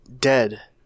Dead